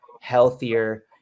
healthier